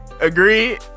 Agreed